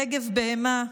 רגב בהמה".